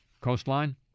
coastline